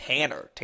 Tanner